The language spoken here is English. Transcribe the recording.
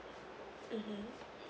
mmhmm